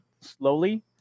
slowly